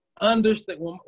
understand